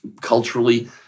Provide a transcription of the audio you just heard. culturally